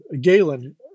Galen